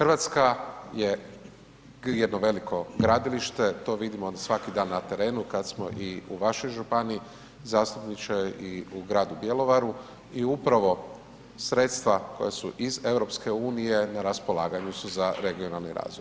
RH je jedno veliko gradilište, to vidimo svaki dan na terenu kad smo i u vašoj županiji zastupniče i u gradu Bjelovaru i upravo sredstva koja su iz EU na raspolaganju su za regionalni razvoj.